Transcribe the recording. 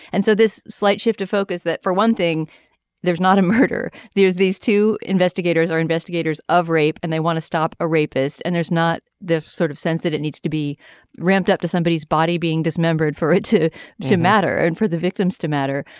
and so this slight shift of focus that for one thing there's not a murder there's these two investigators or investigators of rape and they want to stop a rapist and there's not this sort of sense that it needs to be ramped up to somebodies body being dismembered for it to so matter and for the victims to matter.